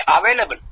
available